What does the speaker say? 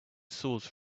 source